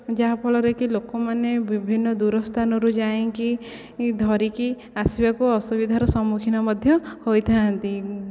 ଯାହାଫଳରେ କି ଲୋକମାନେ ବିଭିନ୍ନ ଦୂର ସ୍ଥାନ ରୁ ଯାଇକି ଧରିକି ଆସିବାକୁ ଅସୁବିଧାର ସମୁଖୀନ୍ନ ମଧ୍ୟ ହୋଇଥାନ୍ତି